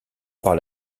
par